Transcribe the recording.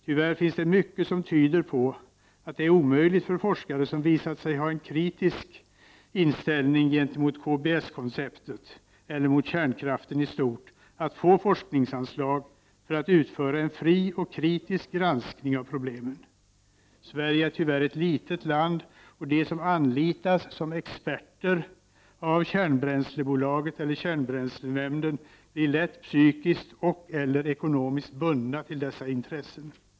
Tyvärr finns det mycket som tyder på att det är omöjligt för forskare som har visat sig kritiska mot KBS-konceptet eller mot kärnkraften i stort att få forskningsanslag för att utföra en fri och kritisk granskning av problemen. Sverige är tyvärr ett litet land och de som anlitas som experter av Kärnbränslebolaget eller kärnbränslenämnden blir lätt psykiskt och/eller ekonomiskt bundna till dessa intressen.